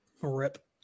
rip